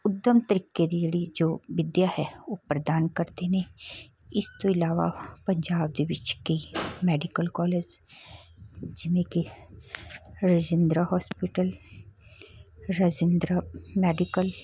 ਉੱਦਮ ਤਰੀਕੇ ਦੀ ਜਿਹੜੀ ਜੋ ਵਿੱਦਿਆ ਹੈ ਉਹ ਪ੍ਰਦਾਨ ਕਰਦੇ ਨੇ ਇਸ ਤੋਂ ਇਲਾਵਾ ਪੰਜਾਬ ਦੇ ਵਿੱਚ ਕਈ ਮੈਡੀਕਲ ਕਾਲਜ਼ ਜਿਵੇਂ ਕਿ ਰਜਿੰਦਰਾ ਹੋਸਪਿਟਲ ਰਜਿੰਦਰਾ ਮੈਡੀਕਲ